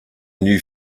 new